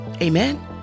Amen